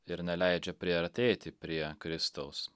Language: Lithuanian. ir neleidžia priartėti prie kristaus